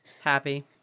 Happy